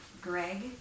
Greg